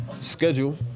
schedule